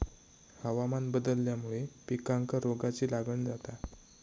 हवामान बदलल्यामुळे पिकांका रोगाची लागण जाता